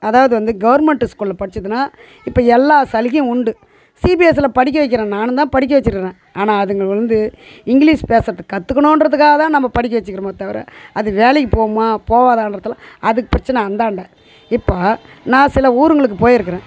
அதாவது வந்து கவர்மெண்ட்டு ஸ்கூலில் படிச்சதுன்னா இப்போ எல்லாம் சலுகையும் உண்டு சி பி எஸ்யில படிக்கவைக்கிறேன் நானும் தான் படிக்க வச்சுடுறேன் ஆனால் அதுங்க வந்து இங்கிலிஷ் பேசறதுக்கு கற்றுகுனுன்றதுக்காக தான் நம்ம படிக்க வச்சுக்குரமே தவிர அது வேலைக்கு போவுமா போவாதான்றது எல்லாம் அதுக்கு பிரச்சனை அந்தாண்ட இப்போ நான் சில ஊர்ங்களுக்கு போயிருக்குறேன்